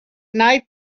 night